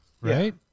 right